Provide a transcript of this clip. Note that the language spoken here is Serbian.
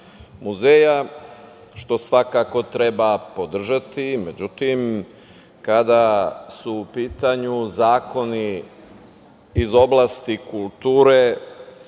muzeja, što svakako treba podržati.Međutim, kada su u pitanju zakoni iz oblasti kulture,